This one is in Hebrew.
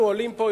אנחנו עולים פה,